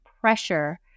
pressure